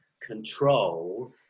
control